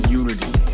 unity